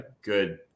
good